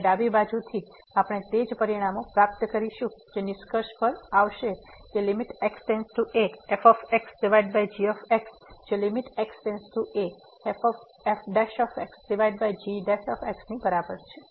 અને ડાબી બાજુથી આપણે તે જ પરિણામ પ્રાપ્ત કરીશું જે નિષ્કર્ષ પર આવશે કે fg જે x→a fg ની બરાબર છે